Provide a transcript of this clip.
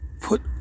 put